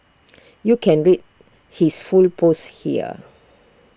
you can read his full post here